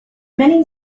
many